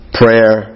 prayer